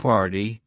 Party